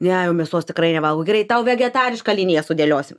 ne jau mėsos tikrai nevalgau greitai tau vegetarišką liniją sudėliosim